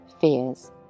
fears